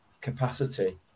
capacity